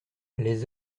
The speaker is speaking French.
les